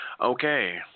Okay